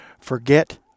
forget